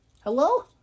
Hello